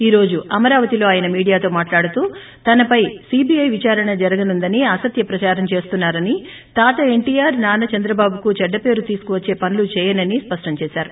ఈ రోజు అమరావతిలో ఆయన మీడియాతో మాట్లాడుతూ తనపై సీబీఐ విదారణ జరగనుందని అసత్య ప్రదారం చేస్తున్నారని తాత ఎన్షీఆర్ నాన్న చంద్రబాబుకు చెడ్డపరు తీసుకువచ్చే పనులు చేయనని స్పష్టం చేశారు